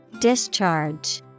Discharge